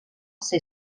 ser